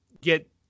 get